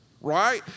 Right